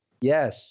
Yes